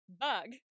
Bug